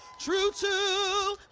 true to